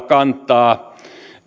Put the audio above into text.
kantaa